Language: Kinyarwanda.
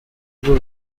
urwo